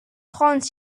trente